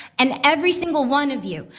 and every single one of you,